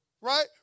Right